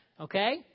okay